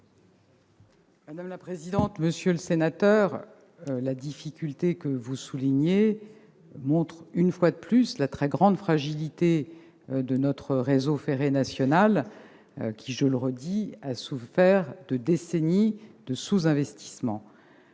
Mme la ministre. Monsieur le sénateur, la difficulté que vous soulignez montre, une fois de plus, la très grande fragilité de notre réseau ferré national, qui, je le redis, a souffert de décennies de sous-investissement.